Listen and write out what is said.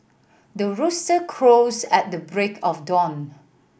the rooster crows at the break of dawn